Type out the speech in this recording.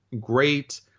great